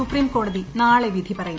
സുപ്രീംകോടതി നാളെ വിധി പറയും